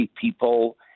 people